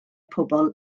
pobl